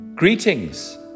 Greetings